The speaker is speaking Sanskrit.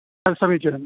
तद् समीचीनम्